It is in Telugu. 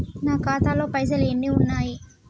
నా ఖాతాలో పైసలు ఎన్ని ఉన్నాయి?